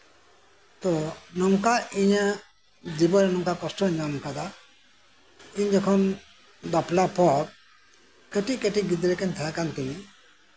ᱛᱳ ᱤᱧᱟᱹᱜ ᱡᱤᱵᱚᱱᱨᱮ ᱱᱚᱝᱠᱟ ᱠᱚᱥᱴᱚᱧ ᱧᱟᱢ ᱠᱟᱫᱟ ᱤᱧ ᱡᱚᱠᱷᱚᱱ ᱵᱟᱯᱞᱟ ᱯᱚᱨ ᱠᱟᱹᱴᱤᱡ ᱠᱟᱹᱴᱤᱡ ᱜᱤᱫᱽᱨᱟᱹ ᱠᱤᱱ ᱛᱟᱸᱦᱮ ᱠᱟᱱ ᱛᱤᱧᱟ